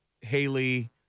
Haley